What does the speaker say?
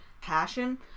passion